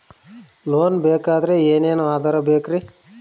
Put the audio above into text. Loan ಬೇಕಾದ್ರೆ ಏನೇನು ಆಧಾರ ಬೇಕರಿ?